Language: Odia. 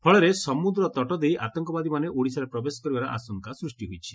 ଫଳରେ ସମୁଦ୍ର ତଟ ଦେଇ ଆତଙ୍କବାଦୀମାନେ ଓଡ଼ିଶାରେ ପ୍ରବେଶ କରିବାର ଆଶଙ୍କା ସୃଷି ହୋଇଛି